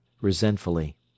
resentfully